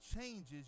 changes